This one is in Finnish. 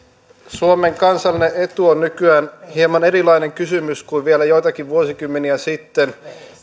suomen kansallinen etu on nykyään hieman erilainen kysymys kuin vielä joitakin vuosikymmeniä sitten